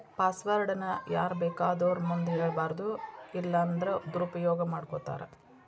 password ನ ಯಾರ್ಬೇಕಾದೊರ್ ಮುಂದ ಹೆಳ್ಬಾರದು ಇಲ್ಲನ್ದ್ರ ದುರುಪಯೊಗ ಮಾಡ್ಕೊತಾರ